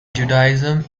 judaism